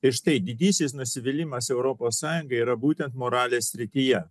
ir štai didysis nusivylimas europos sąjunga yra būtent moralės srityje